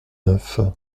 neuf